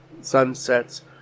sunsets